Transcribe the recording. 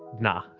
Nah